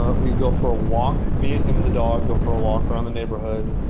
ah we go for a walk. me, and him and the dog go for a walk around the neighborhood.